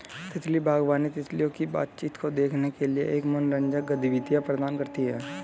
तितली बागवानी, तितलियों की बातचीत को देखने के लिए एक मनोरंजक गतिविधि प्रदान करती है